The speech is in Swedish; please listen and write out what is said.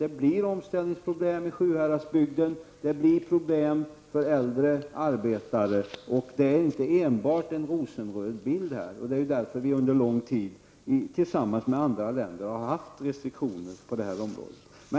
Det blir omställningsproblem i Sjuhäradsbygden, och det blir problem för äldre arbetare. Bilden är inte enbart rosenröd. Det är därför vi under lång tid tillsammans med andra länder har haft restriktioner på det området.